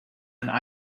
and